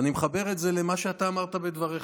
אני מחבר את זה למה שאתה אמרת בדבריך.